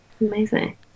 amazing